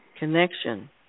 connection